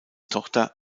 tochter